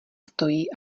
stojí